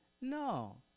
No